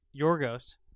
Yorgos